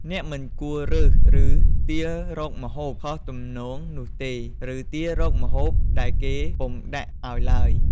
អ្នកមិនគួររើស ឬ ទាររកម្ហូបខុសទំនងនោះទេ ឬ ទាររកម្ហូបដែលគេពុំដាក់ឲ្យទ្បើយ។